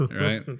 right